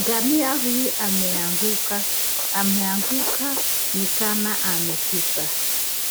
Ngamia huyu ameanguka, ameanguka ni kama amekufa,